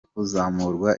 kuzamurwa